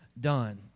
done